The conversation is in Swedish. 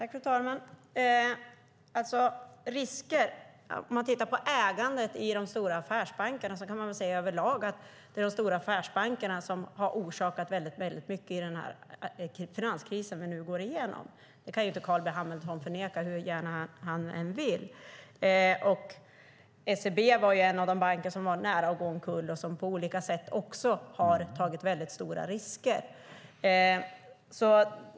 Fru talman! När det gäller risker kan man titta på ägandet i de stora affärsbankerna. Man kan väl säga över lag att det är de stora affärsbankerna som har orsakat väldigt mycket i den finanskris vi nu går igenom. Det kan inte Carl B Hamilton förneka hur gärna han än vill. SEB är ju en av de banker som var nära att gå omkull och som på olika sätt har tagit väldigt stora risker.